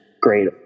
great